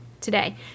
today